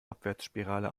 abwärtsspirale